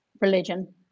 Religion